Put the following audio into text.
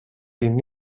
την